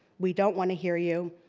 we don't wanna hear you.